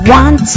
one